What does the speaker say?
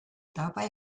dabei